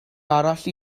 arall